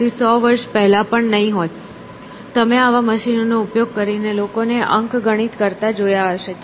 તેથી 100 વર્ષ પહેલાં પણ નહીં હોય તમે આવા મશીનનો ઉપયોગ કરીને લોકોને અંકગણિત કરતા જોયા હશે